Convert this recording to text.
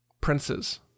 princes